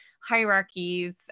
hierarchies